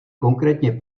konkrétně